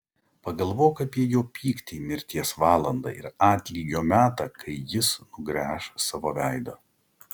pagalvok apie jo pyktį mirties valandą ir atlygio metą kai jis nugręš savo veidą